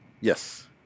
Yes